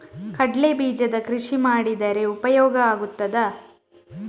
ಕಡ್ಲೆ ಬೀಜದ ಕೃಷಿ ಮಾಡಿದರೆ ಉಪಯೋಗ ಆಗುತ್ತದಾ?